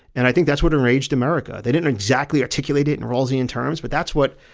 and i think that's what enraged america. they didn't exactly articulate it in rozzi in terms but that's what